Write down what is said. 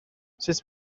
sut